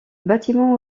bâtiment